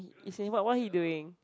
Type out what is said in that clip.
is in what what're you doing